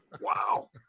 Wow